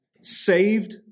saved